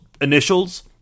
initials